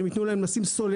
אם ייתנו להם לשים סוללה.